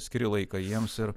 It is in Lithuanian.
skiri laiką jiems ir